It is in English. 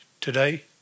today